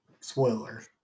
Spoiler